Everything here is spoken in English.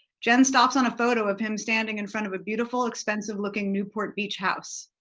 jen stops on photo of him standing in front of a beautiful expensive looking newport beach house.